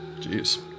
Jeez